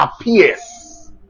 appears